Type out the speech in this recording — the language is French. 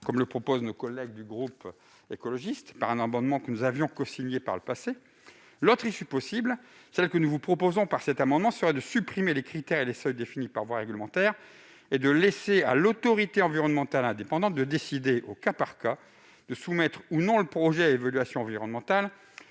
comme le proposent nos collègues du groupe écologiste par un amendement que nous avions cosigné par le passé. La seconde issue, que nous vous soumettons par cet amendement, est de supprimer les critères et les seuils définis par voie réglementaire et de laisser l'autorité environnementale indépendante décider au cas par cas de soumettre, ou non, le projet à évaluation environnementale,